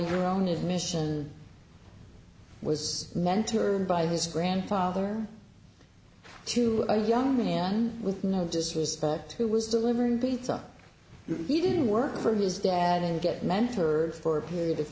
your own admission was mentored by his grandfather to a young man with no disrespect who was delivering pizza if he didn't work for his dad and get mentor for a period of